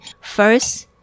First